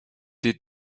des